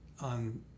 on